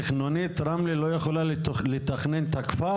תכנונית רמלה לא יכולה לתכנן את הכפר?